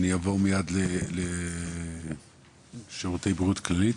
אני אעבור מיד לשירותי בריאות כללית,